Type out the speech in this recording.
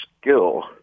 skill